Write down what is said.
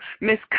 Miss